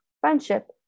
friendship